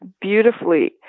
beautifully